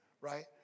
right